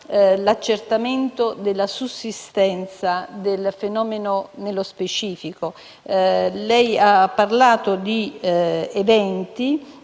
l'accertamento della sussistenza del fenomeno nello specifico. Lei ha parlato di 170